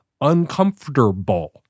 uncomfortable